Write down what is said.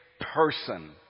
person